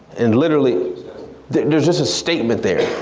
and literally there's just a statement there.